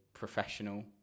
professional